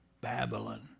Babylon